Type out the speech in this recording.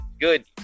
good